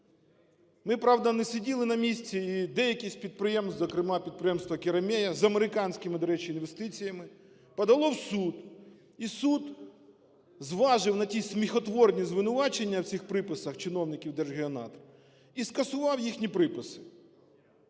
Ми, правда, не сиділи на місці, і деякі з підприємств, зокрема підприємство "Керамейя", з американськими, до речі, інвестиціями, подало в суд. І суд зважив на ті сміхотворні звинувачення в цих приписах чиновників Держгеонадр і скасував їхні приписи.